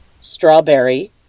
strawberry